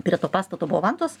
prie to pastato buvo vantos